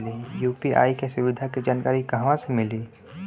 UPI के सुविधा के जानकारी कहवा से मिली?